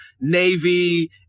Navy